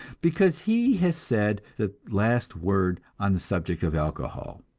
because he has said the last word on the subject of alcohol.